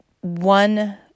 One